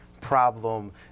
problem